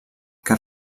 que